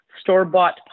store-bought